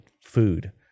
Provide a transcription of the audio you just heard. food